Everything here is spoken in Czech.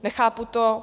Nechápu to.